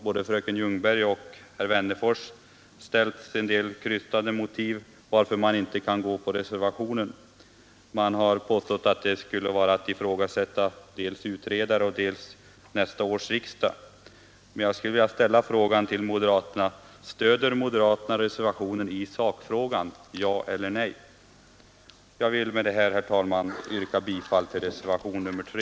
Både fröken Ljungberg och herr Wennerfors har anfört en del krystade motiveringar för att man inte kan stödja denna reservation — man har påstått att det skulle vara att föregripa de ställningstaganden som skall göras av dels utredaren, dels nästa års riksdag. Jag frågar moderaterna: Stöder moderaterna reservationen i sakfrågan — ja eller nej? Jag yrkar med detta, herr talman, bifall till reservationen 3.